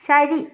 ശരി